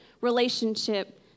relationship